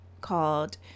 called